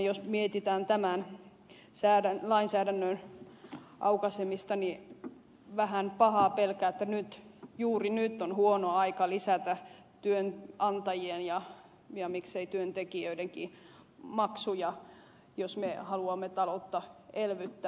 jos mietitään tämän lainsäädännön aukaisemista niin vähän pahaa pelkään että nyt juuri nyt on huono aika lisätä työnantajien ja miksei työntekijöidenkin maksuja jos me haluamme taloutta elvyttää